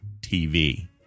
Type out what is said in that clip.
TV